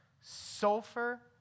sulfur